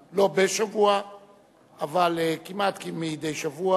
עפו אגבאריה ומירי רגב,